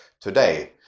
today